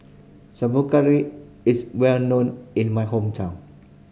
is well known in my hometown